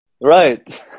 Right